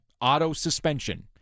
Auto-suspension